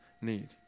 need